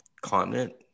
continent